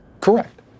Correct